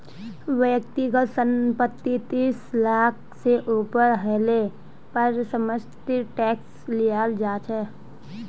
व्यक्तिगत संपत्ति तीस लाख से ऊपर हले पर समपत्तिर टैक्स लियाल जा छे